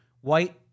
White